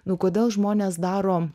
nu kodėl žmonės daro